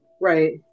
right